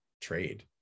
trade